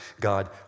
God